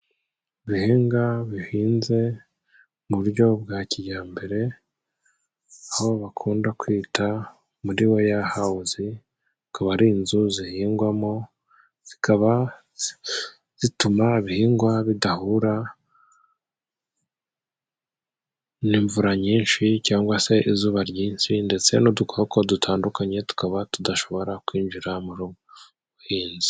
Ibihinga bihinze mu buryo bwa kijyambere aho bakunda kwita muri weya hawuzi, akaba ari inzu zihingwamo zikaba zituma ibihingwa bidahura n'imvura nyinshi cyangwa se izuba ryinshi, ndetse n'udukoko dutandukanye tukaba tudashobora kwinjira mu ubwo buhinzi.